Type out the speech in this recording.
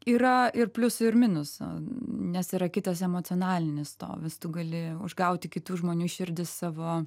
yra ir pliusų ir minusų nes yra kitas emocionaliai nestovintis tu gali užgauti kitų žmonių širdis savo